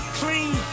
clean